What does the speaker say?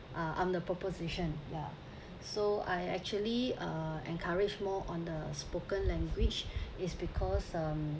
ah I'm the proposition ya so I actually uh encourage more on the spoken language is because um